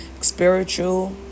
spiritual